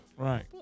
Right